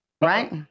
right